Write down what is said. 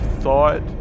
thought